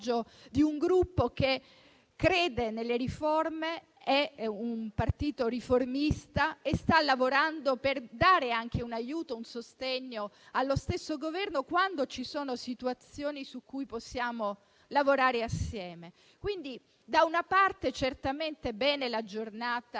di un Gruppo che crede nelle riforme, che è un partito riformista e che sta lavorando per dare anche un aiuto, un sostegno, allo stesso Governo quando ci sono situazioni su cui possiamo lavorare assieme. Quindi, da una parte, va certamente bene l'istituzione